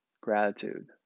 Gratitude